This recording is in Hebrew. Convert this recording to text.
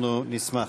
אנחנו נשמח.